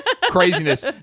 craziness